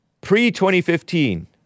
Pre-2015